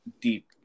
deep